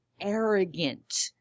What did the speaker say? arrogant